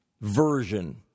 version